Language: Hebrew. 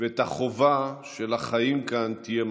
ואת החובה שלחיים כאן תהיה משמעות.